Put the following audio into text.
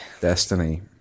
Destiny